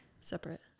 separate